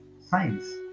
science